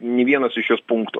nė vienas iš jos punktų